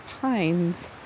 pines